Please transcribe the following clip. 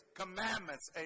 commandments